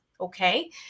Okay